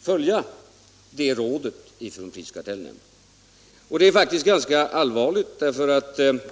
följa det rådet från prisoch kartellnämnden. Det är faktiskt ganska allvarligt.